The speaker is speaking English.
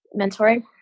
Mentoring